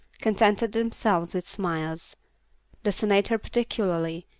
contented themselves with smiles the senator particularly,